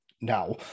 now